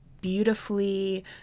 beautifully